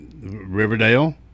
Riverdale